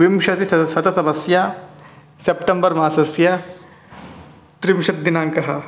विंशति चस् शततमस्य सेप्टेम्बर् मासस्य त्रिंशद्दिनाङ्कः